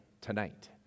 tonight